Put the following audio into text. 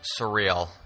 surreal